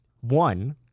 One